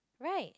right